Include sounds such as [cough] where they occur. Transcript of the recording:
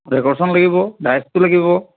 [unintelligible] লাগিব ডাইৰেক্টৰ লাগিব